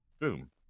boom